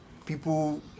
People